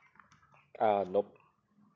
ah nope